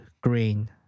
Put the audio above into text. green